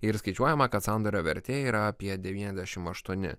ir skaičiuojama kad sandorio vertė yra apie devyniasdešimt aštuoni